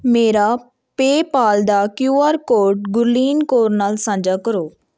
ਮੇਰਾ ਪੇਪਾਲ ਦਾ Q R code Gurleen Kaur ਨਾਲ ਸਾਂਝਾ ਕਰੋ